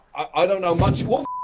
i don't know much look,